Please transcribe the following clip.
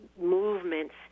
movements